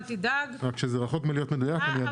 רק שזה רחוק מלהיות מדויק, אני אדבר.